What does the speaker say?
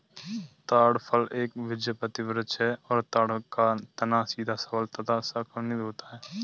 ताड़ फल एक बीजपत्री वृक्ष है और ताड़ का तना सीधा सबल तथा शाखाविहिन होता है